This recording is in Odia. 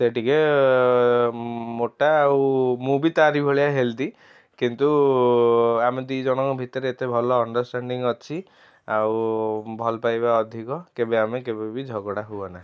ସେ ଟିକେ ମୋଟା ଆଉ ମୁଁ ବି ତାରି ଭଳିଆ ହେଲଦି କିନ୍ତୁ ଆମେ ଦୁଇ ଜଣଙ୍କ ଭିତରେ ଏତେ ଭଲ ଅଣ୍ଡରଷ୍ଟାନ୍ଣ୍ଡିଗ୍ ଅଛି ଆଉ ଭଲ ପାଇବା ଅଧିକ କେବେ ଆମେ କେବେ ବି ଝଗଡ଼ା ହୁଅନା